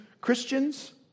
Christians